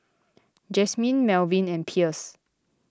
Jasmin Melvin and Pierce